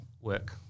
work